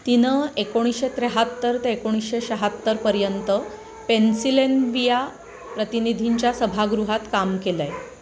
तिनं एकोणीसशे त्र्याहत्तर ते एकोणीसशे शहात्तरपर्यंत पेन्सिलेनविया प्रतिनिधींच्या सभागृहात काम केलं आहे